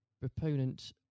proponent